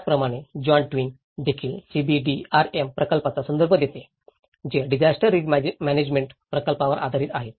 त्याचप्रमाणे John Twigg देखील CBDRM प्रकल्पांचा संदर्भ देते जे डिजास्टर रिस्क म्यानेजमेंट प्रकल्पांवर आधारित आहेत